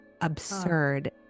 absurd